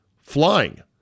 flying